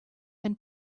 and